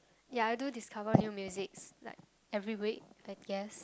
ya I do discover new musics like every week I guess